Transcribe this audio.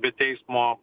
be teismo